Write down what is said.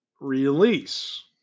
release